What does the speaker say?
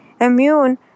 immune